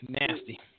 Nasty